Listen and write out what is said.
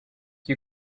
you